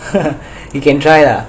you can try lah